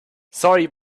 sorry